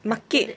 market